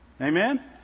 Amen